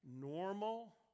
normal